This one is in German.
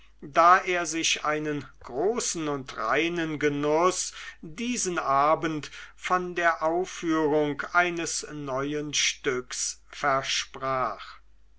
da er sich einen großen und reinen genuß diesen abend von der aufführung eines neuen stücks versprach